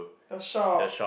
the shop